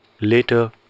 later